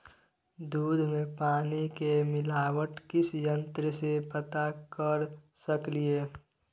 दूध में पानी के मिलावट किस यंत्र से पता कर सकलिए?